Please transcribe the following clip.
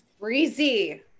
Breezy